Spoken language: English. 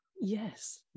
Yes